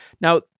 Now